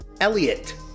Elliot